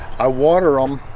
i water um